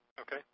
okay